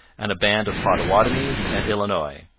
and a band of potawatomis and illinois.